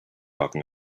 talking